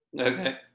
Okay